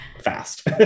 fast